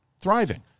Thriving